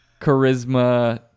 charisma